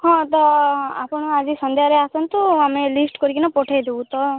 ହଁ ତ ଆପଣ ଆଜି ସନ୍ଧ୍ୟାରେ ଆସନ୍ତୁ ଆମେ ଲିଷ୍ଟ କରିକିନା ପଠାଇ ଦେବୁ ତ